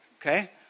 okay